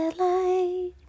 light